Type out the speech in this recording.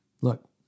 look